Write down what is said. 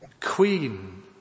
queen